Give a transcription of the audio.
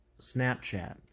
Snapchat